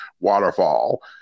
waterfall